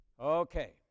Okay